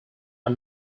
are